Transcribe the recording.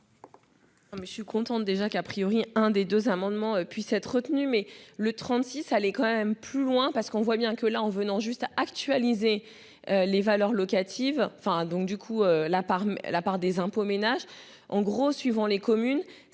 je suis contente déjà qu'a priori un des deux amendements puisse être retenue. Mais le 36 allait quand même plus loin parce qu'on voit bien que la en venant juste actualiser. Les valeurs locatives enfin donc du coup la part, la part des impôts ménages en gros suivant les communes.